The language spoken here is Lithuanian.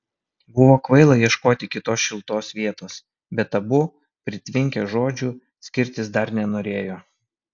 buvo kvaila ieškoti kitos šiltos vietos bet abu pritvinkę žodžių skirtis dar nenorėjo